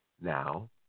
Now